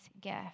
gift